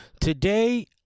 today